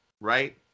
right